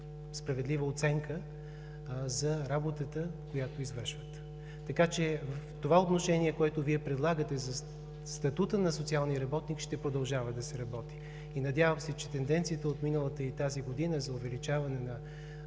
справедлива оценка за работата, която извършват. По отношение на предложението Ви за статута на социалния работник ще продължава да се работи. Надявам се, че тенденцията от миналата и тази година за увеличаване на